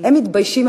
הם מתביישים,